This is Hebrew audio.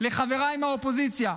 לחבריי מהאופוזיציה,